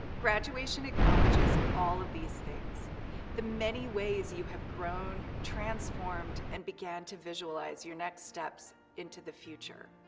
graduation acknowledges all of these things the many ways you have grown, transformed, and began to visualize your next steps into the future.